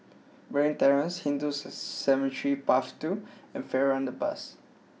Marine Terrace Hindu Cemetery Path Two and Farrer Underpass